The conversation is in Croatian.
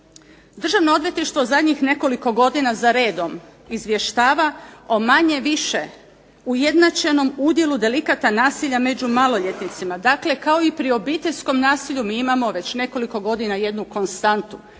Državno odvjetništvo zadnjih nekoliko godina za redom izvještava o manje-više ujednačenom udjelu delikata nasilja među maloljetnicima. Dakle, kao i pri obiteljskom nasilju mi imamo već nekoliko godina jednu konstantu.